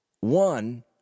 One